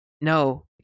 No